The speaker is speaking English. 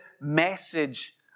message